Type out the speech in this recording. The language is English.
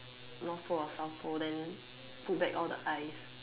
North Pole or South Pole then put back all the ice